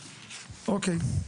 אוקיי.